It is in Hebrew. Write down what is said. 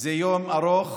זה יום ארוך,